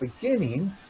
beginning